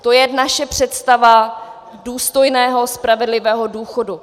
To je naše představa důstojného, spravedlivého důchodu.